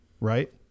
right